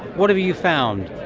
what have you found?